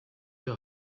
your